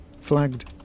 flagged